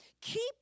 Keep